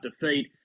Defeat